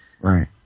Right